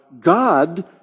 God